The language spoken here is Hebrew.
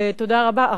ותודה רבה,